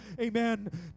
Amen